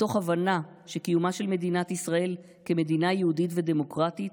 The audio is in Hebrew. מתוך הבנה שקיומה של מדינת ישראל כמדינה יהודית ודמוקרטית